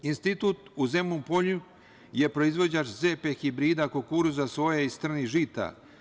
Institut u Zemun Polju je proizvođač ZP hibrida kukuruza, soje i strnih žita.